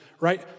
right